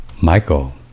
Michael